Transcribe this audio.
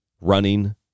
running